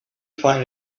find